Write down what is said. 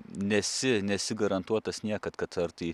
nesi nesi garantuotas niekad kad ar tai